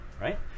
right